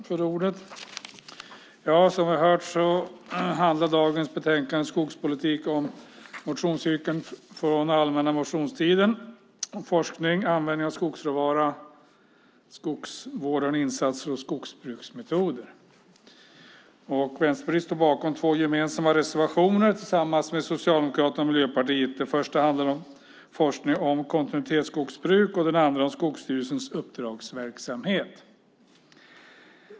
Fru talman! Som vi har hört behandlar dagens betänkande, Skogspolitik , motionsyrkanden från allmänna motionstiden. Det handlar om forskning, användning av skogsråvara, skogsvårdande insatser och skogsbruksmetoder. Vänsterpartiet står bakom två gemensamma reservationer med Socialdemokraterna och Miljöpartiet. Den första handlar om forskning om kontinuitetsskogsbruk och den andra om Skogsstyrelsens uppdragsverksamhet.